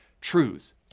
truths